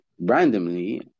randomly